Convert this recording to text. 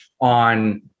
on